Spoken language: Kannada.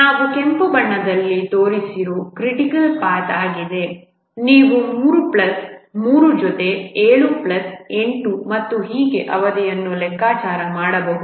ನಾವು ಕೆಂಪು ಬಣ್ಣದಲ್ಲಿ ತೋರಿಸಿರು ಕ್ರಿಟಿಕಲ್ ಪಾಥ್ ಆಗಿದೆ ನೀವು 3 ಪ್ಲಸ್ 3 ಜೊತೆಗೆ 7 ಪ್ಲಸ್ 8 ಮತ್ತು ಹೀಗೆ ಅವಧಿಯನ್ನು ಲೆಕ್ಕಾಚಾರ ಮಾಡಬಹುದು